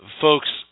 Folks